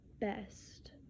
best